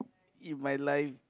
in my life